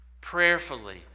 Prayerfully